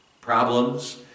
problems